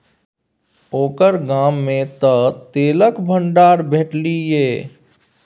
ओकर गाममे तँ तेलक भंडार भेटलनि ये